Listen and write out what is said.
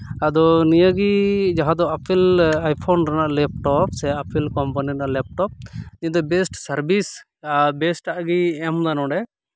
ᱟᱫᱚ ᱱᱤᱭᱟᱹ ᱜᱤ ᱡᱟᱦᱟᱸ ᱫᱚ ᱟᱯᱮᱞ ᱟᱭᱯᱷᱳᱱ ᱨᱮᱱᱟᱜ ᱞᱮᱯᱴᱚᱯ ᱥᱮ ᱟᱯᱮᱞ ᱠᱚᱢᱯᱟᱱᱤ ᱨᱮᱱᱟᱜ ᱞᱮᱯᱴᱚᱯ ᱱᱤᱭᱟᱹ ᱫᱚ ᱵᱮᱥᱴ ᱥᱟᱨᱵᱷᱤᱥ ᱟᱨ ᱵᱮᱥᱴᱟᱜ ᱜᱮᱭ ᱮᱢᱫᱟ ᱱᱚᱰᱮ